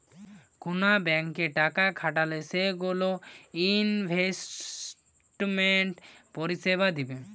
কুন ব্যাংকে টাকা খাটালে সেগুলো ইনভেস্টমেন্ট পরিষেবা দিবে